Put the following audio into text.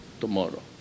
tomorrow